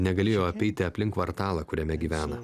negalėjo apeiti aplink kvartalą kuriame gyvena